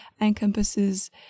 encompasses